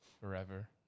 forever